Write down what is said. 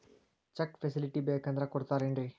Check facility ಬೇಕಂದ್ರ ಕೊಡ್ತಾರೇನ್ರಿ?